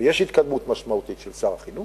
ויש התקדמות משמעותית של שר החינוך.